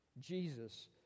Jesus